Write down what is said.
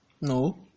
No